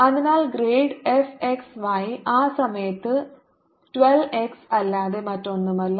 അതിനാൽ grad fxy ആ സമയത്ത് 12 x അല്ലാതെ മറ്റൊന്നുമല്ല